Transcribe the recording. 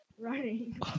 running